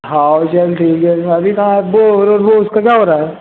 हाँ वो उसका क्या हो रहा है